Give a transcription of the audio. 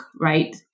right